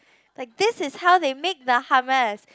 like this is how they make the hummus